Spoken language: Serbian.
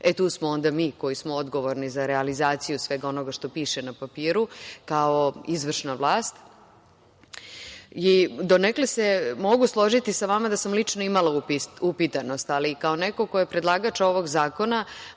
e tu smo onda mi koji smo odgovorni za realizaciju svega onoga što piše na papiru kao izvršna vlast i donekle se mogu složiti sa vama da sam lično imala upitanost, ali kao neko ko je predlagač ovog zakona